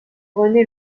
rené